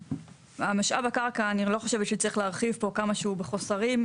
על משאב הקרקע אני לא חושבת שצריך להרחיב כמה שהוא בחוסרים,